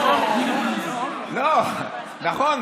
נכון,